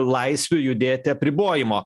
laisvių judėti apribojimo